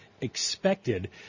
expected